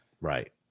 Right